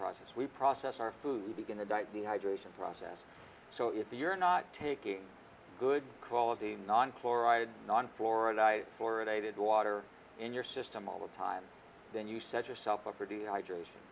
process we process our food begin to die of dehydration process so if you're not taking good quality non chloride on florida for a dated water in your system all the time then you set yourself up for dehydration